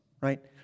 right